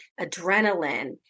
adrenaline